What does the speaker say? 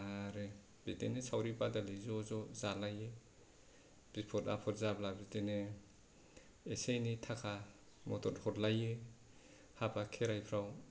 आरो बिदिनो सावरि बादालि ज' ज' जालायो बिफर आफर जाब्ला बिदिनो एसे एनै थाखा मदद हरलायो हाबा खेराइफोराव